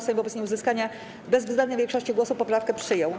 Sejm wobec nieuzyskania bezwzględnej większości głosów poprawkę przyjął.